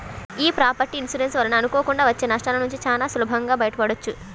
యీ property insurance వలన అనుకోకుండా వచ్చే నష్టాలనుంచి చానా సులభంగా బయటపడొచ్చు